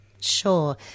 Sure